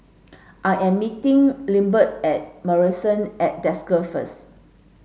I am meeting Lindbergh at Marrison at Desker first